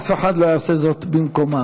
אף אחד לא יעשה זאת במקומם.